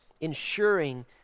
ensuring